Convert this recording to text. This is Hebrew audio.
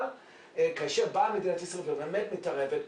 אבל כאשר באה מדינת ישראל ובאמת מתערבת,